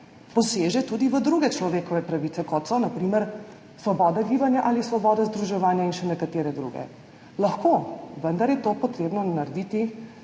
pa se tudi v druge človekove pravice, kot so na primer svoboda gibanja ali svoboda združevanja in še nekatere druge. Lahko, vendar je to treba narediti